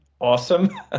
awesome